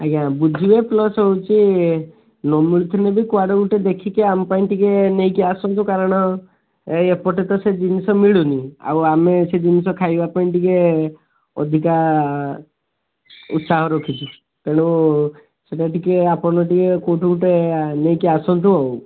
ଆଜ୍ଞା ବୁଝିବେ ପ୍ଲସ୍ ହେଉଛି ନ ମିଳୁଥିଲେ ବି କୁଆଡୁ ଗୋଟେ ଦେଖିକି ଆମ ପାଇଁ ଟିକେ ନେଇକି ଆସନ୍ତୁ କାରଣ ଏପଟେ ତ ସେ ଜିନିଷ ମିଳୁନି ଆଉ ଆମେ ସେ ଜିନିଷ ଖାଇବା ପାଇଁ ଟିକେ ଅଧିକା ଉତ୍ସାହ ରଖିଛୁ ତେଣୁ ସେଇଟା ଟିକେ ଆପଣ ଟିକେ କେଉଁଠୁ ଗୋଟେ ନେଇକି ଆସନ୍ତୁ ଆଉ